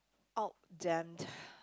out damn